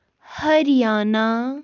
Haryana